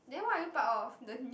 then why are you part of the new